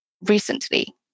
recently